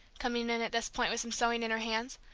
coming in at this point with some sewing in her hands.